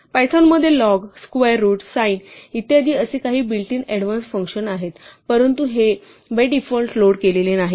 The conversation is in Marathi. पायथॉनमध्ये लॉग स्क्वेअर रूट साइन इत्यादी असे काही बिल्ट इन अडवान्सड फंक्शन्स आहेत परंतु हे बाय डीफॉल्ट लोड केलेले नाहीत